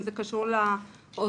אם זה קשור לעוזרות,